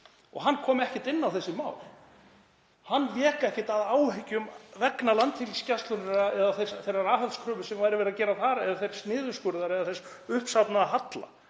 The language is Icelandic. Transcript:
og hann kom ekkert inn á þessi mál. Hann vék ekkert að áhyggjum vegna Landhelgisgæslunnar eða þeirrar aðhaldskröfu sem verið væri að gera þar eða þess niðurskurðar eða uppsafnaða halla.